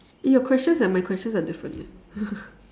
eh your questions and my questions are different eh